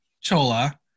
Chola